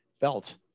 Felt